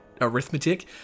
arithmetic